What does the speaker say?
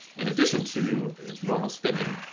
in addition to normal spending.